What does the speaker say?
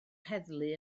heddlu